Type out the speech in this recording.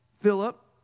Philip